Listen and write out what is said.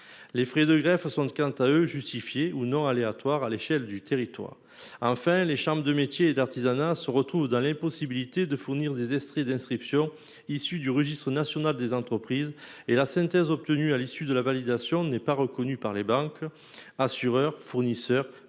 Les frais de greffe sont aléatoirement justifiés ou non à l'échelle du territoire. Enfin, les chambres de métiers et de l'artisanat se trouvent dans l'impossibilité de fournir des extraits d'inscription issus du registre national des entreprises. La synthèse obtenue à l'issue de la validation n'est reconnue ni par les banques, ni par les assureurs,